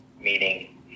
meaning